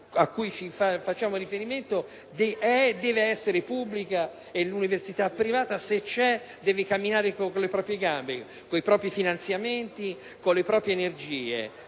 cui facciamo riferimento è e deve essere pubblica e l'università privata, se esiste, deve camminare con le proprie gambe, i propri finanziamenti, le proprie energie,